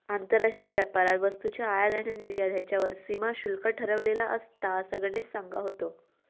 आंतरराष्ट्रीय व्यापारात वस्तूंची आयात आणि निर्यात ह्येच्यावर सीमा शुल्क ठरवलेला असता, असा गणेश सांगा होतो